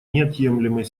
неотъемлемой